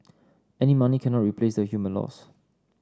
any money cannot replace the human loss